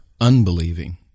unbelieving